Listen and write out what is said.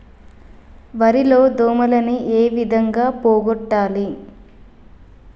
వరి లో దోమలని ఏ విధంగా పోగొట్టాలి?